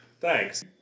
Thanks